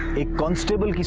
a constable's